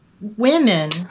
women